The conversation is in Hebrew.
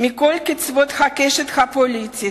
מכל קצות הקשת הפוליטית,